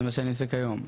זה מה שאני עושה כיום.